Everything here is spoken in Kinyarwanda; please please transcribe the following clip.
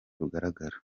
rugaragara